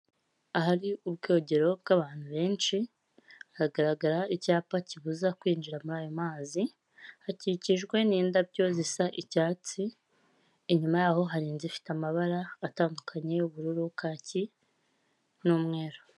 Ahari ubwogero bw'abantu benshi, hagaragara icyapa kibuza kwinjira muri ayo mazi, hakikijwe n'indabyo zisa icyatsi, inyuma yaho hari inzu ifite amabara atandukanye y'ubururu, kaki n'umweru.